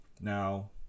now